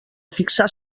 fixar